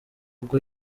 ubwo